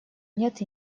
нет